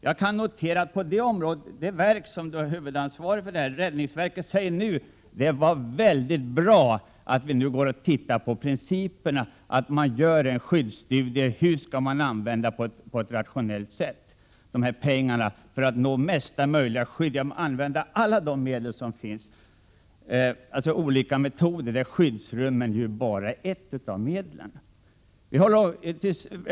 Jag kan notera att det verk som har huvudansvaret på detta område, räddningsverket, säger att det är bra att man nu måste utforma principlösningar och att man måste göra studier av hur man på ett rationellt sätt skall använda pengarna för att nå bästa möjliga skydd. Man bör använda alla de metoder som finns, och där är skyddsrummen bara ett av medlen.